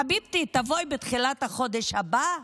חביבתי, תבואי בתחילת החודש הבא?